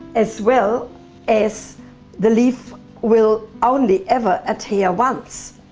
as well as the leaf will only ever adhere once,